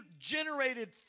generated